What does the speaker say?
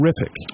terrific